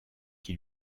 qui